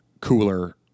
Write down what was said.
cooler